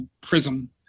prism